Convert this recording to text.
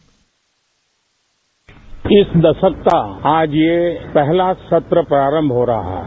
bite इस दशक का आज ये पहला सत्र प्रारंभ हो रहा है